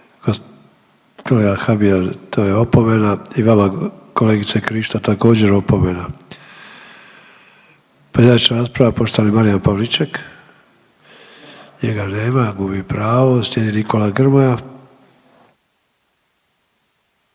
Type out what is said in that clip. i vama kolegice Krišto također opomena. Pojedinačna rasprava poštovani Marijan Pavliček. Njega nema, gubi pravo. Slijedi Nikola Grmoja.